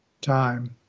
time